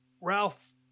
Ralph